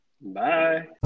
Bye